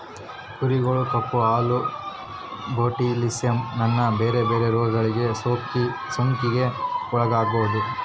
ಕುರಿಗಳು ಕಪ್ಪು ಕಾಲು, ಬೊಟುಲಿಸಮ್, ಇನ್ನ ಬೆರೆ ಬೆರೆ ರೋಗಗಳಿಂದ ಸೋಂಕಿಗೆ ಒಳಗಾಗಬೊದು